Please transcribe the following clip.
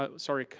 but sorry,